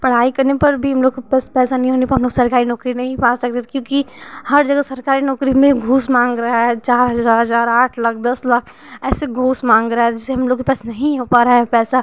पढ़ाई करने पर भी हम लोग के पैसा नहीं होने पर हम लोग सरकारी नौकरी नही पा सकते थे क्योंकि हर जगह सरकारी नौकरी में घूस माँग रहा है चार हजार आठ लाख दस लाख ऐसे घूस माँग रहा है जिससे हम लोग के पास नहीं हो पा रहा है पैसा